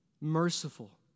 merciful